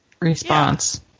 response